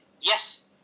yes